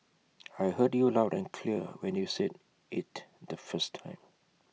I heard you loud and clear when you said IT the first time